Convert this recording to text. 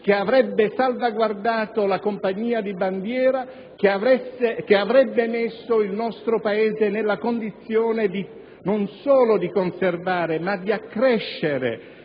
che avrebbe salvaguardato la compagnia di bandiera, che avrebbe messo il nostro Paese nella condizione non solo di conservare, ma di accrescere